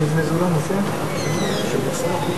בבקשה.